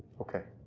okay.